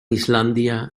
islandia